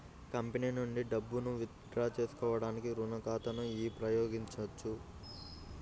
company నుండి డబ్బును withdraw చేసుకోవడానికి రుణ ఖాతాను ఉపయోగించొచ్చు